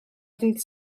ddydd